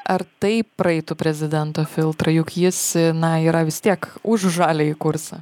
ar tai praeitų prezidento filtrą juk jis na yra vis tiek už žaliąjį kursą